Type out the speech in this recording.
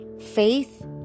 faith